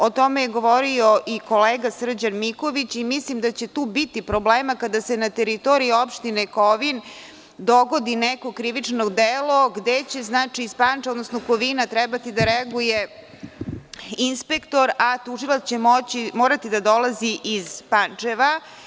O tome je govorio i kolega Srđan Miković i mislim da će tu biti problema, kada se na teritoriji opštine Kovin dogodi neko krivično delo gde će iz Pančeva, odnosno Kovina trebati da reaguje inspektor a tužilac će morati da dolazi iz Pančeva.